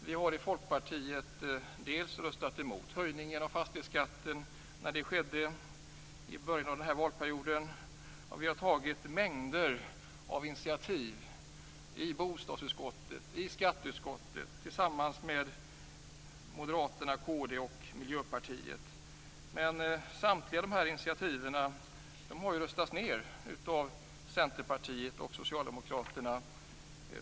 Vi i Folkpartiet har röstat emot höjningen av fastighetsskatten, när det skedde i början av valperioden. Vi har tagit mängder av initiativ i bostadsutskottet och i skatteutskottet, tillsammans med Moderaterna, kd och Miljöpartiet. Samtliga dessa initiativ har röstats ned av Centerpartiet och Socialdemokraterna.